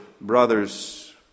brothers